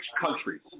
countries